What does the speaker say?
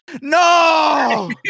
no